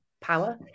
power